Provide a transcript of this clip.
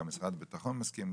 גם משרד הביטחון מסכים,